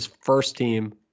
first-team